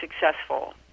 successful